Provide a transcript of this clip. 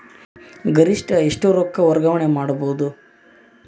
ಗರಿಷ್ಠ ಎಷ್ಟು ರೊಕ್ಕ ವರ್ಗಾವಣೆ ಮಾಡಬಹುದು?